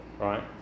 right